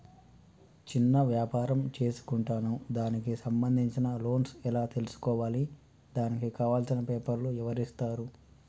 చిన్న వ్యాపారం చేసుకుంటాను దానికి సంబంధించిన లోన్స్ ఎలా తెలుసుకోవాలి దానికి కావాల్సిన పేపర్లు ఎవరిస్తారు?